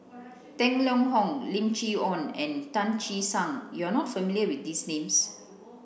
Tang Liang Hong Lim Chee Onn and Tan Che Sang You are not familiar with these names